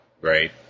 Right